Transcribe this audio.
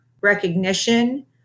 recognition